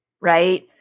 right